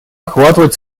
охватывать